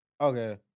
Okay